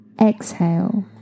exhale